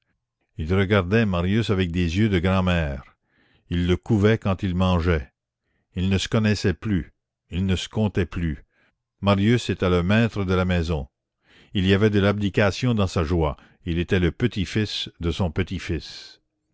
il regardait marius avec des yeux de grand'mère il le couvait quand il mangeait il ne se connaissait plus il ne se comptait plus marius était le maître de la maison il y avait de l'abdication dans sa joie il était le petit-fils de son petit-fils